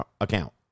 account